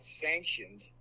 sanctioned